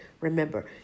Remember